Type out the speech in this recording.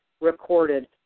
recorded